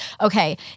Okay